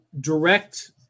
direct